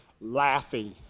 laughing